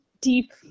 deep